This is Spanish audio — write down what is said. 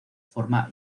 forma